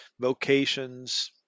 vocations